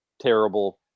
terrible –